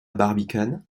barbicane